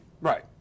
right